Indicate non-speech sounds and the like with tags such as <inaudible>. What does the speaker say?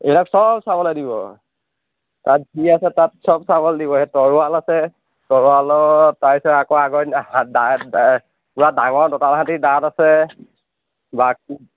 এইবিলাক চব চাবলৈ দিব তাত যি আছে তাত চব চাবলৈ দিব তৰোৱাল আছে তৰোৱালত তাৰপিছত আকৌ আগৰ দিনৰ <unintelligible> পুৰা ডাঙৰ দঁতাল হাতীৰ দাঁত আছে <unintelligible>